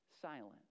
silent